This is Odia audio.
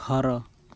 ଘର